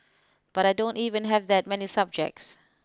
but I don't even have that many subjects